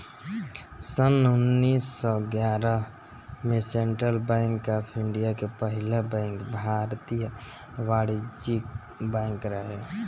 सन्न उन्नीस सौ ग्यारह में सेंट्रल बैंक ऑफ़ इंडिया के पहिला बैंक भारतीय वाणिज्यिक बैंक रहे